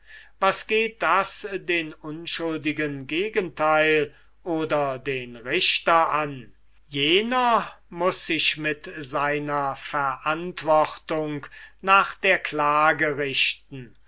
was geht das den unschuldigen gegenteil oder den richter an jener muß sich mit seiner verantwortung nach der klage richten